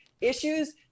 issues